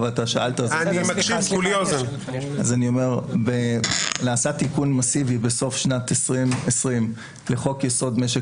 בסוף שנת 2020 נעשה תיקון מסיבי לחוק יסוד: משק